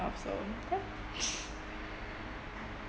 so ya